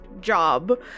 job